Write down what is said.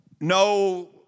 no